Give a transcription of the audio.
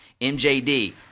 MJD